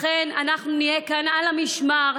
לכן אנחנו נהיה כאן על המשמר,